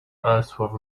ellsworth